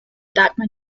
dagmar